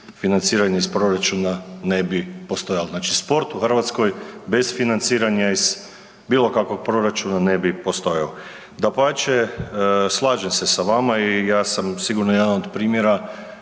financiranja iz proračuna ne bi postojalo. Znači sport u Hrvatskoj bez financiranja iz bilo kakvog proračuna ne bi postojao. Dapače, slažem se sa vama i ja sam sigurno jedan od primjera